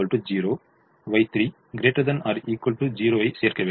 Y3 ≥ 0 ஐ சேர்க்க வேண்டும்